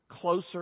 closer